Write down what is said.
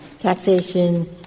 taxation